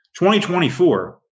2024